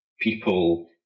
people